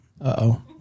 Uh-oh